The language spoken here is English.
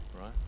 Right